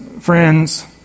friends